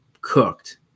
cooked